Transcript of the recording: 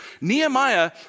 Nehemiah